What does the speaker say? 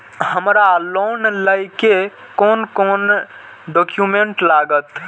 हमरा लोन लाइले कोन कोन डॉक्यूमेंट लागत?